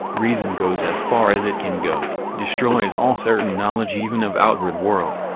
reason goes as far as it can go destroys all certain knowledge even of outward world.